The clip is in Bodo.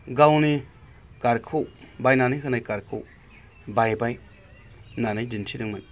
गावनि कारखौ बायनानै होनाय कारखौ बायबाय होन्नानै दिन्थिदोंमोन